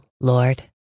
Lord